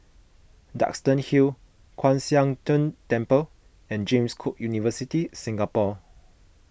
Duxton Hill Kwan Siang Tng Temple and James Cook University Singapore